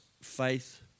faith